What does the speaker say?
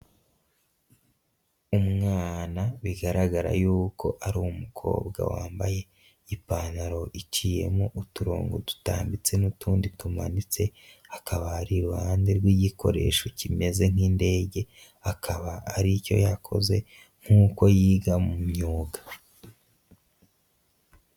Umwana bigaragara yuko ari umukobwa wambaye ipantaro iciyemo uturongo dutambitse n'utundi tumanutse, akabari iruhande rw'igikoresho kimeze nk'indege, akaba aricyo yakoze nk'uko yiga mu myuga.